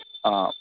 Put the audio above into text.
ആ